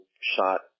shot